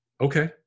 Okay